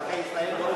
אזרחי ישראל,